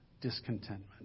discontentment